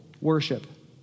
worship